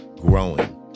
growing